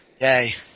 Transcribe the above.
Yay